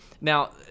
Now